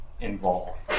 involved